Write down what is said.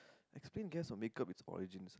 explain guess a makeup its origins